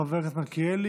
חבר הכנסת מלכיאלי,